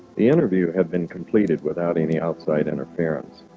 the interview had been completed without any outside interference